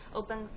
open